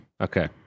Okay